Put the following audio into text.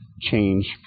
change